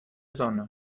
sonne